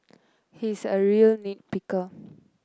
he is a real nit picker